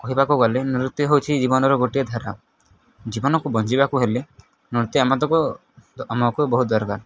କହିବାକୁ ଗଲେ ନୃତ୍ୟ ହଉଚି ଜୀବନର ଗୋଟିଏ ଧାରା ଜୀବନକୁ ବଞ୍ଚିବାକୁ ହେଲେ ନୃତ୍ୟ ଆମତକ ଆମକୁ ବହୁତ ଦରକାର